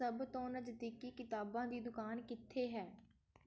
ਸਭ ਤੋਂ ਨਜ਼ਦੀਕੀ ਕਿਤਾਬਾਂ ਦੀ ਦੁਕਾਨ ਕਿੱਥੇ ਹੈ